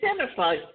Identify